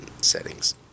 Settings